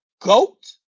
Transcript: goat